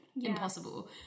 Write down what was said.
impossible